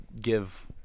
give